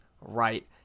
right